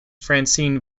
francine